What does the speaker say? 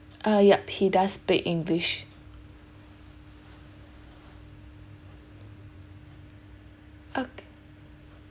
uh yup he does speak english okay